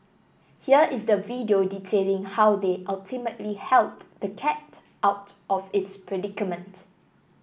here is the video detailing how they ultimately helped the cat out of its predicament